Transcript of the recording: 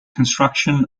construction